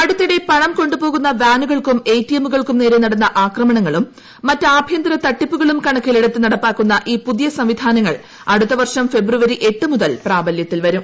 അടുത്തിടെ പണം കൊണ്ടുപോകുന്ന വാനുകൾക്കും എടിഎമ്മുകൾക്കും നേരെ നടന്ന ആക്രമണങ്ങളും മറ്റ് ആഭ്യന്തര തട്ടിപ്പുകളും കണക്കിലെടുത്ത് നടപ്പാക്കുന്ന ഈ പുതിയ സംവിധാനങ്ങൾ അടുത്ത വർഷം ഫെബ്രുവരി എട്ട് മുതൽ പ്രാബല്യത്തിൽ വരും